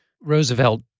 Roosevelt